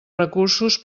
recursos